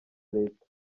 leta